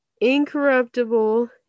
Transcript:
Incorruptible